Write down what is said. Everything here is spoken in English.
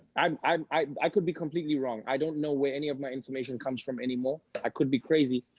um i i could be completely wrong. i don't know where any of my information comes from anymore. i could be crazy.